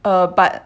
uh but